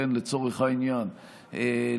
לצורך העניין,